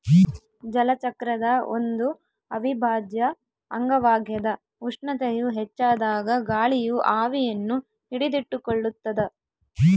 ಜಲಚಕ್ರದ ಒಂದು ಅವಿಭಾಜ್ಯ ಅಂಗವಾಗ್ಯದ ಉಷ್ಣತೆಯು ಹೆಚ್ಚಾದಾಗ ಗಾಳಿಯು ಆವಿಯನ್ನು ಹಿಡಿದಿಟ್ಟುಕೊಳ್ಳುತ್ತದ